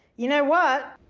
you know what,